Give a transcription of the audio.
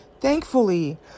thankfully